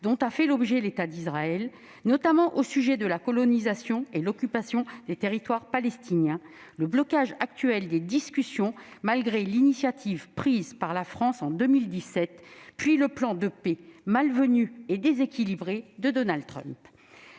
dont a fait l'objet l'État d'Israël, notamment au sujet de la colonisation et l'occupation de territoires palestiniens »,« le blocage actuel des discussions malgré l'initiative prise par la France en 2017 », puis le plan de paix « malvenu et déséquilibré » de Donald Trump.